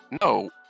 No